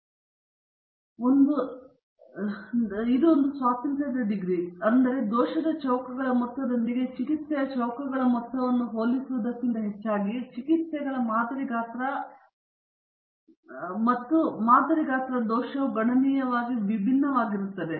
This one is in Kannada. ಆದ್ದರಿಂದ ನೀವು ನೆನಪಿಟ್ಟುಕೊಳ್ಳಬೇಕಾದದ್ದು ನೀವು ನೆನಪಿನಲ್ಲಿಟ್ಟುಕೊಳ್ಳಬೇಕಾದ ಒಂದು ಸ್ವಾತಂತ್ರ್ಯದ ಡಿಗ್ರಿ ಆದ್ದರಿಂದ ದೋಷದ ಚೌಕಗಳ ಮೊತ್ತದೊಂದಿಗೆ ಚಿಕಿತ್ಸೆಯ ಚೌಕಗಳ ಮೊತ್ತವನ್ನು ಹೋಲಿಸುವುದಕ್ಕಿಂತ ಹೆಚ್ಚಾಗಿ ಚಿಕಿತ್ಸೆಗಳ ಮಾದರಿ ಗಾತ್ರ ಮತ್ತು ಮಾದರಿ ಗಾತ್ರ ದೋಷವು ಗಣನೀಯವಾಗಿ ವಿಭಿನ್ನವಾಗಿರುತ್ತದೆ